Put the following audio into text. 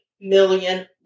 million